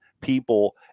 people